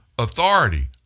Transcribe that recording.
authority